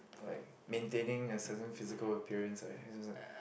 like maintaining a certain physical appearance like his was like